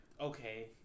okay